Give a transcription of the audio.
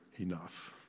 enough